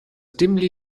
dimly